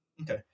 okay